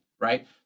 Right